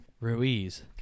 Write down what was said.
Ruiz